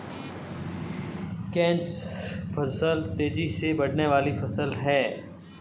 catch फसल तेजी से बढ़ने वाली फसल है